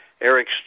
Eric